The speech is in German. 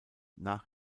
nach